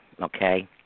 okay